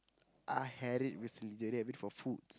I had it with Celine the other day I had it for foods